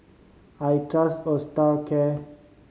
I trust Osteocare